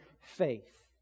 faith